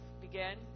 begin